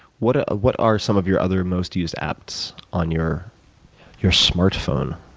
what ah what are some of your other most used apps on your your smartphone?